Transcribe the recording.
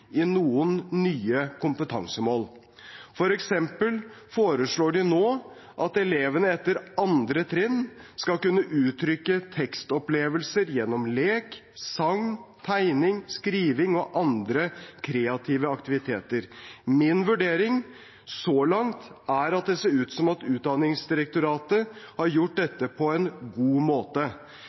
i noen nye kompetansemål. For eksempel foreslår de nå at elevene etter 2. trinn skal kunne uttrykke tekstopplevelser gjennom lek, sang, tegning, skriving og andre kreative aktiviteter. Min vurdering så langt er at det ser ut som om Utdanningsdirektoratet har gjort dette på en god måte.